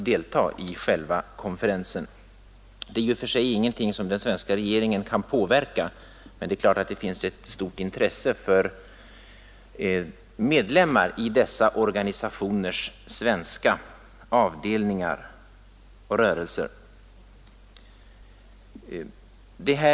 Detta är ju i och för sig ingenting som den svenska regeringen kan påverka, men det är klart att det är av stort intresse för medlemmarna i dessa organisationers svenska avdelningar och rörelser att få ett besked på denna punkt.